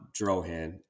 Drohan